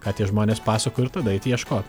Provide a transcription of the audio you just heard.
ką tie žmonės pasakojo ir tada eiti ieškot